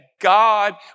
God